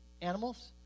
animals